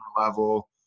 level